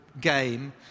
game